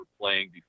playing